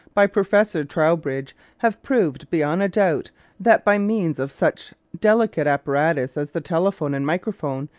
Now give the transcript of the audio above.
by professor trowbridge have proved beyond a doubt that, by means of such delicate apparatus as the telephone and microphone,